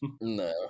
No